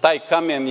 taj kamen